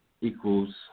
equals